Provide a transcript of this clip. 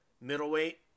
Middleweight